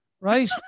right